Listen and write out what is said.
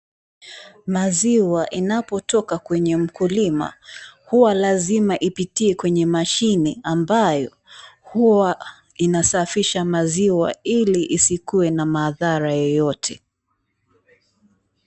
Maziwa inapotoka kwenye mkulima, huwa lazima ipitie kwenye mashine ambayo huwa inasafisha maziwa ili isikuwe na madhara yoyote.